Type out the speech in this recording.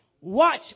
Watch